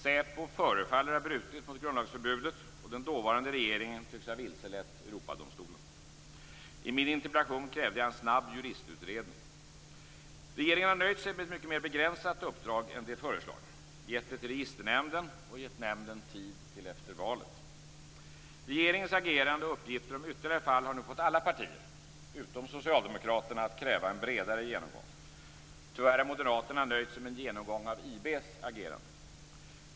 SÄPO förefaller ha brutit mot grundlagsförbudet, och den dåvarande regeringen tycks ha vilselett Europadomstolen. I min interpellation krävde jag en snabb juristutredning. Regeringen har nöjt sig med ett mycket mer begränsat uppdrag än det föreslagna, gett det till Registernämnden och gett nämnden tid till efter valet. Regeringens agerande och uppgifter om ytterligare fall har nu fått alla partier - utom Socialdemokraterna - att kräva en bredare genomgång. Tyvärr har Moderaterna nöjt sig med en genomgång av IB:s agerande.